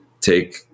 take